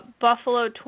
Buffalo